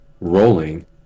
rolling